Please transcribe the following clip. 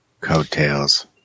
Coattails